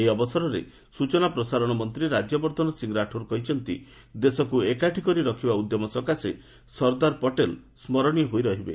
ଏହି ଅବସରରେ ସୂଚନା ପ୍ରସାରଣ ମନ୍ତ୍ରୀ ରାଜ୍ୟବର୍ଦ୍ଧନ ସିଂହ ରାଠୋର କହିଛନ୍ତି ଦେଶକୁ ଏକାଠି କରିରଖିବା ଉଦ୍ୟମ ସକାଶେ ସର୍ଦ୍ଦାର ପଟେଲ ସ୍କରଣୀୟ ହୋଇ ରହିବେ